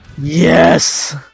Yes